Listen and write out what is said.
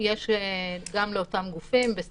גם לאותם גופים יש נהלים,